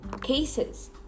cases